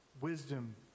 wisdom